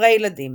ספרי ילדים